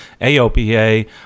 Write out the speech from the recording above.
AOPA